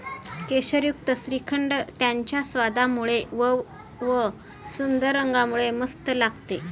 केशरयुक्त श्रीखंड त्याच्या स्वादामुळे व व सुंदर रंगामुळे मस्त लागते